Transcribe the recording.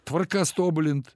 tvarkas tobulint